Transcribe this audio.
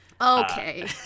Okay